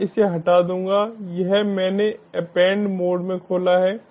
मैं इसे हटा दूंगा यह मैंने एपेंड मोड में खोला है